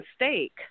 mistake